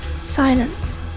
Silence